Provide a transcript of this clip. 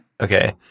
Okay